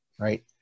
right